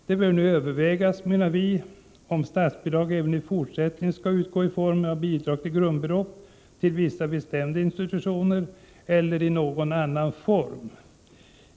Det bör nu övervägas, menar vi, om statsbidrag även i fortsättningen skall utgå i form av bidrag till grundbelopp till vissa bestämda institutioner eller i någon annan form.